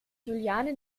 juliane